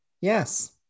Yes